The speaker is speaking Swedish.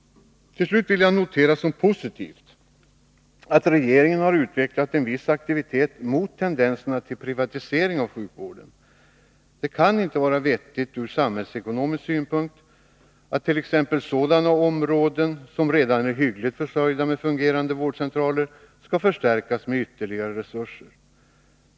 Till slut vill jag notera som positivt att regeringen har utvecklat en viss aktivitet mot tendenserna till privatisering av sjukvården. Det kan inte vara vettigt ur samhällsekonomisk synpunkt att t.ex. sådana områden som redan är hyggligt försörjda med fungerande vårdcentraler skall förstärkas med ytterligare resurser.